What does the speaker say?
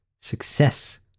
success